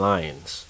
Lions